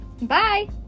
Bye